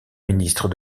ministre